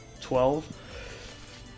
twelve